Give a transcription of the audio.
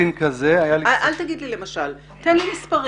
אל תגיד לי: "למשל" תן מספרים.